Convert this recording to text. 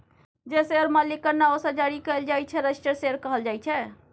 जे शेयर मालिकक नाओ सँ जारी कएल जाइ छै रजिस्टर्ड शेयर कहल जाइ छै